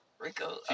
Rico